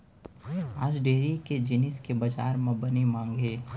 आज डेयरी के जिनिस के बजार म बने मांग हे